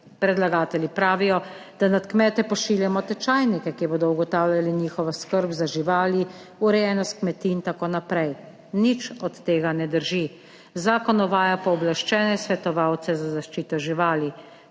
Predlagatelji pravijo, da nad kmete pošiljamo tečajnike, ki bodo ugotavljali njihovo skrb za živali, urejenost kmetij in tako naprej. Nič od tega ne drži. Zakon uvaja pooblaščene svetovalce za zaščito živali,